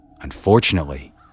Unfortunately